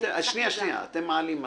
אתם מעלים הצעה,